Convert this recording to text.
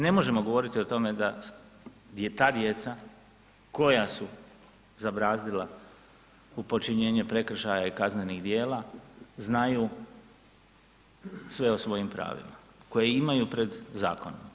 Ne možemo govoriti o tome da di ta djeca koja su zabrazdila u počinjenje prekršaja i kaznenih djela znaju sve o svojim pravima koje imaju pred zakonom.